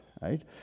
right